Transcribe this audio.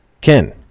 Ken